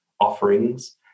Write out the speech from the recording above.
offerings